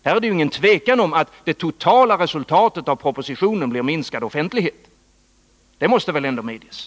Det råder ingen tvekan om att det totala resultatet av propositionen blir minskad offentlighet. Det måste väl ändå medges?